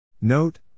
Note